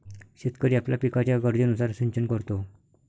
शेतकरी आपल्या पिकाच्या गरजेनुसार सिंचन करतो